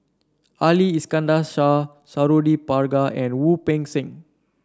Ali Iskandar Shah Suradi Parjo and Wu Peng Seng